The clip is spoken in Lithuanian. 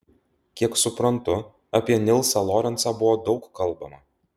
kiek suprantu apie nilsą lorencą buvo daug kalbama